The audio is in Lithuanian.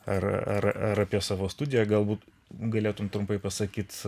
ar ar ar apie savo studiją galbūt galėtum trumpai pasakyt